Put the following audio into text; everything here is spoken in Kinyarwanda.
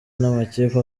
n’amakipe